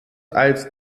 als